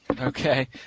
Okay